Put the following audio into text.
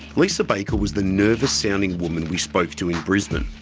lisa baker was the nervous-sounding woman we spoke to in brisbane.